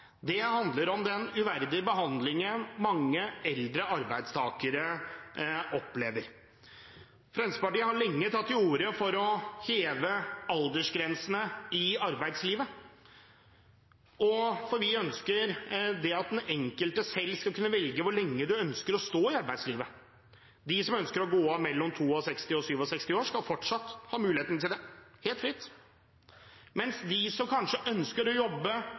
dag, handler om den uverdige behandlingen mange eldre arbeidstakere opplever. Fremskrittspartiet har lenge tatt til orde for å heve aldersgrensene i arbeidslivet, for vi ønsker at den enkelte selv skal kunne velge hvor lenge man ønsker å stå i arbeidslivet. De som ønsker å gå av mellom 62 og 67 år, skal fortsatt ha muligheten til det – helt fritt – mens de som ønsker å jobbe